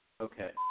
Okay